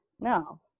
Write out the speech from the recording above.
No